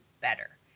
better